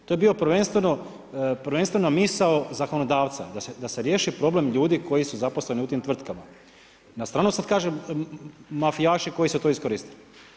To je bio prvenstveno misao zakonodavca da se riješi problem ljudi koji su zaposleni u tim tvrtkama, na stranu sad kažem mafijaši koji su to iskoristili.